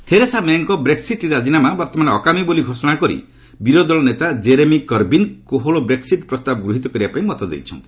Theresa ମେ'ଙ୍କ Brexit ରାଜିନାମା ବର୍ତ୍ତମାନ ଅକାମି ବୋଲି ଘୋଷଣା କରି ବିରୋଧୀ ଦଳ ନେତା ଜେରେମି କରବିନ୍ କୋହଳ ବ୍ରେକ୍ସିଟ୍ ପ୍ରସ୍ତାବ ଗୃହିତ କରିବା ପାଇଁ ମତ ଦେଇଛନ୍ତି